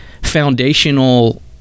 Foundational